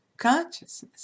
consciousness